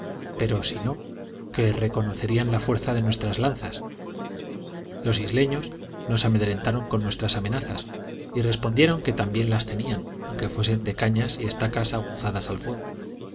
pero si no que reconocerían la fuerza de nuestras lanzas los isleños no se amedrentaron con nuestras amenazas y respondieron que también las tenían aunque fuesen de cañas y de estacas aguzadas a fuego